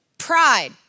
pride